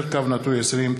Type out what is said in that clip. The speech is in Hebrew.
פ/1710/20.